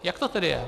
Jak to tedy je?